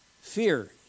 Fear